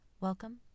Welcome